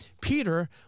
Peter